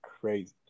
crazy